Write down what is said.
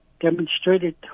demonstrated